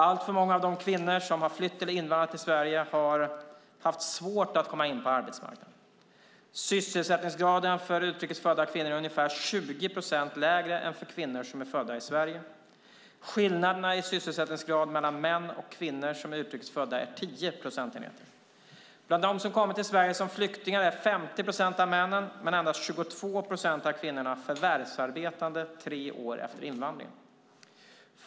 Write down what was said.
Alltför många av de kvinnor som har flytt eller invandrat till Sverige har haft svårt att komma in på arbetsmarknaden. Sysselsättningsgraden för utrikesfödda kvinnor är ungefär 20 procentenheter lägre än för kvinnor som är födda i Sverige. Skillnaderna i sysselsättningsgrad mellan män och kvinnor som är utrikesfödda är 10 procentenheter. Bland dem som kommit till Sverige som flyktingar är 50 procent av männen, men endast 22 procent av kvinnorna, förvärvsarbetande tre år efter invandringen.